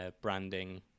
branding